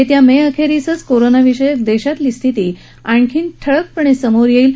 येत्या मे अखेरीसच कोरोनाविषयक देशातली स्थिती अधिक ठळकपणे समोर येईल